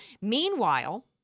Meanwhile